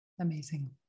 Amazing